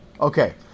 Okay